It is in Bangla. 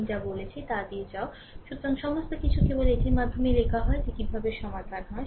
আমি যা বলেছি তা দিয়ে যাও সুতরাং সমস্ত কিছু কেবল এটির মাধ্যমেই লেখা হয় যে কীভাবে সমাধান হয়